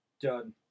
done